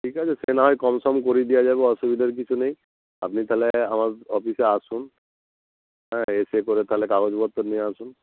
ঠিক আছে সে না হয় কমসম করিয়ে দেওয়া যাবে অসুবিধের কিছু নেই আপনি তাহলে আমার অফিসে আসুন হ্যাঁ এসে পরে তাহলে কাগজপত্র নিয়ে আসুন